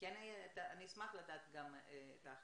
אני אשמח לדעת את ההחלטה.